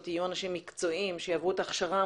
יהיו אנשים מקצועיים שיעברו את ההכשרה,